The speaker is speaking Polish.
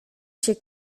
się